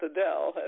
Adele